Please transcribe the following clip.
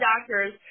doctors